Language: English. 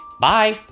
bye